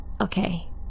Okay